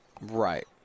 right